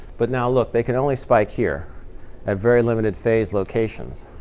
but now look. they can only spike here at very limited phase locations.